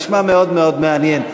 זה נשמע מאוד מאוד מעניין.